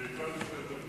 אני מתנצל.